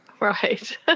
Right